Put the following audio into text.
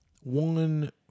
one